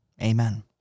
Amen